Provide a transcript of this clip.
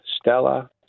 Stella